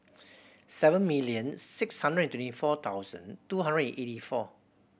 seven million six hundred twenty four thousand two hundred and eighty four